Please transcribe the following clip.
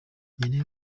nkeneye